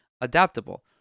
adaptable